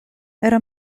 era